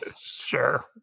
sure